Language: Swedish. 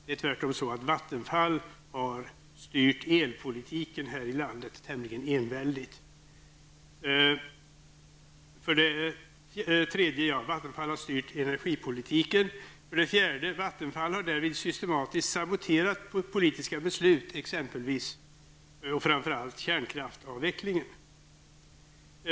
För det tredje är det tvärtom så att Vattenfall tämligen enväldigt har styrt energipolitiken här i landet. För det fjärde anser vi att Vattenfall därvid systematiskt har saboterat politiska beslut, såsom framför allt kärnkraftsavvecklingen.